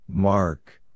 mark